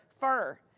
fur